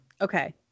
Okay